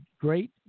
great